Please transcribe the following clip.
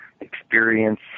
experience